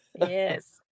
Yes